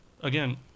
Again